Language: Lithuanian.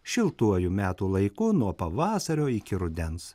šiltuoju metų laiku nuo pavasario iki rudens